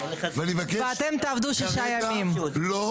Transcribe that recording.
שלפחות יידעו על מה,